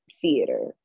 theater